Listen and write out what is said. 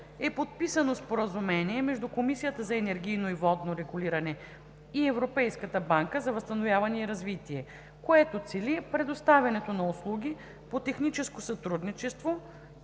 е подписано Споразумение между Комисията за енергийно и водно регулиране и Европейската банка за възстановяване и развитие, което цели предоставянето на услуги по техническо сътрудничество